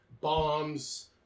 bombs